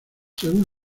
según